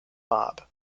mob